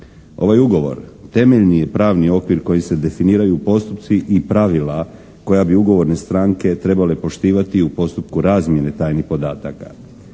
Ovaj ugovor temeljni je pravni okvir kojim se definiraju postupci i pravila koja bi ugovorne stranke trebale poštivati i u postupku razmjene tajnih podataka.